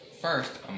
First